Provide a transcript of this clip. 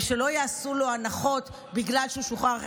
ושלא יעשו לו הנחות בגלל שהוא שוחרר,